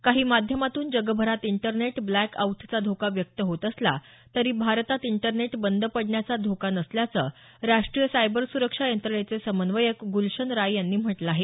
काही माध्यमांतून जगभरात इंटरनेट ब्लॅक आऊटचा धोका व्यक्त होत असला तरी भारतात इंटरनेट बंद पडण्याचा धोका नसल्याचं राष्ट्रीय सायबर सुरक्षा यंत्रणेचे समन्वयक गुलशन राय यांनी म्हटलं आहे